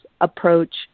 approach